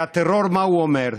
והטרור, מה הוא אומר?